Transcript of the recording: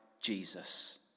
Jesus